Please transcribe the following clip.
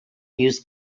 use